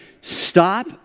Stop